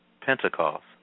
Pentecost